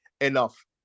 enough